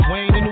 Wayne